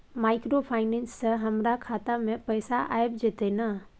Microfinance से हमारा खाता में पैसा आबय जेतै न?